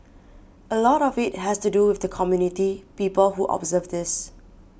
a lot of it has to do with the community people who observe this